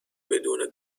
بدون